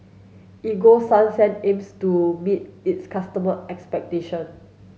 Ego Sunsense aims to meet its customer expectation